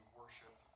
worship